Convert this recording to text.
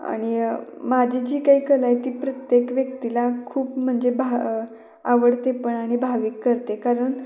आणि माझी जी काही कला आहे ती प्रत्येक व्यक्तीला खूप म्हणजे बाह आवडते पण आणि भाविक करते कारण